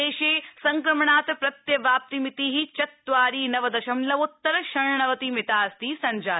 देशे संक्रमणात् प्रत्यवाप्निमिति चत्वारि नव दशमलवोत्तर षण्णवतिमितास्ति सब्जाता